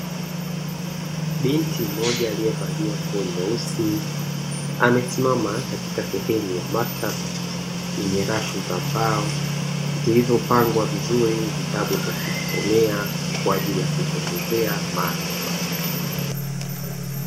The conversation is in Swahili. Binti mmoja aliyevalia nguo nyeusi amesimama katika sehemu ya maktaba yenye rafu za mbao zilizopangwa vizuri vitabu vya kujisomea kwaajili ya kujiongezea maarifa.